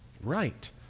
right